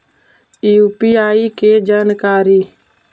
UPI के जानकारी?